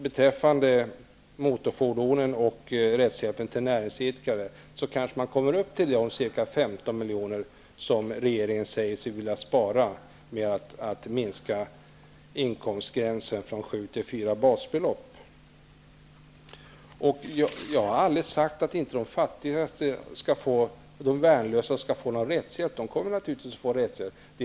Beträffande motorfordonstvister och rättshjälpen till näringsidkare kanske man kommer upp till de ca 15 milj.kr. som regeringen säger sig vilja spara genom att sänka inkomstgränsen från sju till fyra basbelopp. Jag har aldrig sagt att de fattigaste och de värnlösa inte skall få någon rättshjälp. De kommer naturligtvis att få rättshjälp.